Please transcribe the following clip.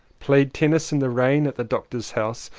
played tennis in the rain at the doctor's house.